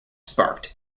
sparked